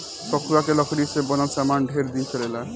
सखुआ के लकड़ी से बनल सामान ढेर दिन चलेला